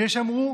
ויש שיאמרו